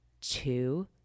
Two